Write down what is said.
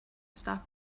stop